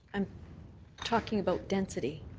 i'm talking about density.